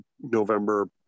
November